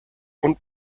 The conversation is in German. und